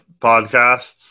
podcast